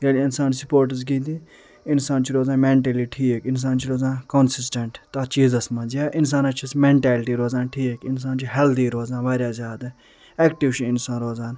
ییٚلہِ انسان سپورٹٕس گِنٛدِ انسان چھُ روزان میٚنٹلی ٹھیٖک انسان چھُ روزان کونسِسٹیٚنٛٹ تَتھ چیٖزس منٛز یا انسانس چھِ میٚنٹیلٹی روزان ٹھیٖک انسان چھُ ہیٚلدی روزان واریاہ زیادٕ ایٚکٹِو چھُ انسان روزان